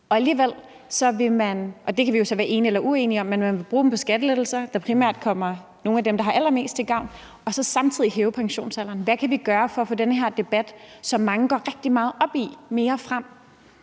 Og alligevel vil man – og det kan vi så være enige eller uenige om – bruge dem på skattelettelser, der primært kommer nogle af dem, der har allermest, til gavn, og så vil man samtidig hæve pensionsalderen. Hvad kan vi gøre for at få den her debat, som mange går rigtig meget op i, mere frem?